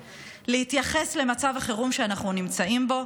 להתייחס למצב החירום שאנחנו נמצאים בו,